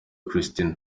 kristina